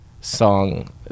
song